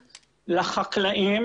לחקלאים,